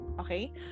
Okay